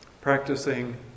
practicing